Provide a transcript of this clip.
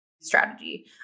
strategy